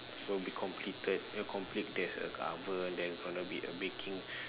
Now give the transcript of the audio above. will be completed you know complete there's a oven there's gonna be a baking